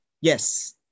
Yes